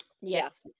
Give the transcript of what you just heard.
yes